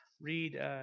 read –